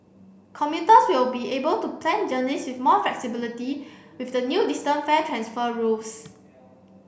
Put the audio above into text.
commuters will be able to plan journeys with more flexibility with the new distance fare transfer rules